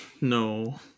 no